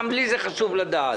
גם לי חשוב לדעת.